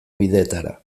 bideetara